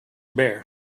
bare